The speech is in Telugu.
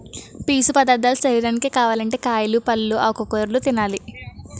పీసు పదార్ధాలు శరీరానికి కావాలంటే కాయలు, పల్లు, ఆకుకూరలు తినాలి